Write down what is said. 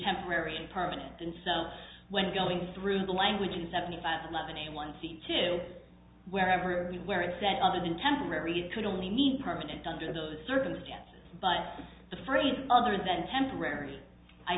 temporary and permanent and so when going through the language in seventy five eleven and one seemed to wherever we where it said other than temporary it could only mean permanent under those circumstances but the free other than temporary i